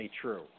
true